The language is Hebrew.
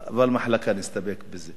אבל מחלקה, נסתפק בזה.